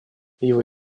его